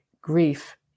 grief